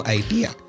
idea